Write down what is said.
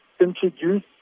introduce